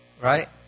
Right